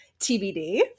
TBD